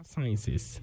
Sciences